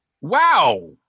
Wow